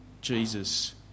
Jesus